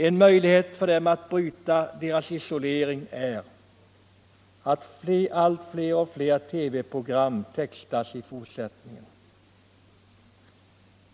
En möjlighet att bryta deras isolering är att texta allt fler TV-program i fortsättningen.